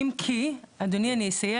אם כי, אדוני אני אסייג,